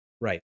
Right